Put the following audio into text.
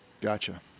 gotcha